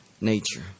nature